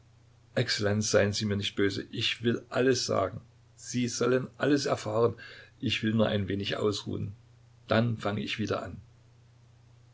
exzellenz seien sie mir nicht böse ich will alles sagen sie sollen alles erfahren ich will nur ein wenig ausruhen dann fange ich wieder an